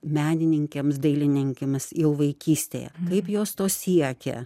menininkėm dailininkėmis jau vaikystėje kaip jos to siekė